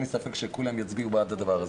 אין לי ספק שכולם יצביעו בעד הדבר הזה.